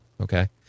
okay